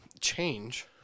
change